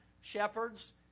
shepherds